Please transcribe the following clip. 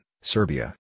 Serbia